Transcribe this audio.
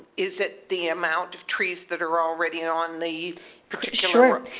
is it the amount of trees that are already on the sure.